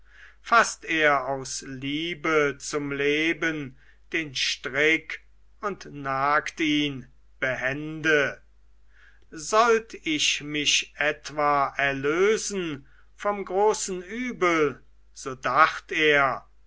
faßt er aus liebe zum leben den strick und nagt ihn behende sollt ich mich etwa erlösen vom großen übel so dacht er